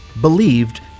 believed